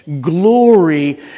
glory